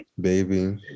baby